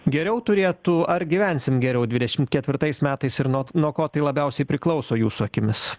geriau turėtų ar gyvensim geriau dvidešimt ketvirtais metais ir not nuo ko tai labiausiai priklauso jūsų akimis